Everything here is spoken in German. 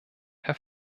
herr